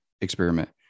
experiment